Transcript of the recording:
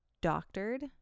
doctored